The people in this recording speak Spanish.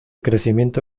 crecimiento